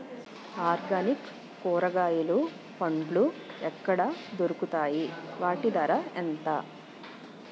Organic కూరగాయలు పండ్లు ఎక్కడ దొరుకుతాయి? వాటి ధర ఎంత?